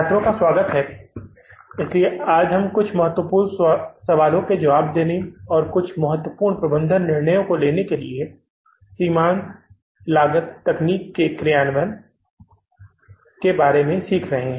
छात्रों का स्वागत है इसलिए हम कुछ महत्वपूर्ण सवालों के जवाब देने और महत्वपूर्ण प्रबंधन निर्णयों को लेने के लिए सीमांत लागत तकनीक के कार्यान्वयन कहने के बारे में सीख रहे हैं